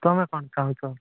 ତୁମେ କ'ଣ ଚାହୁଁଛ